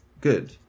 good